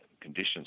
conditions